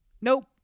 Nope